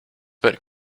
but